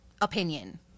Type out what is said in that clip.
opinion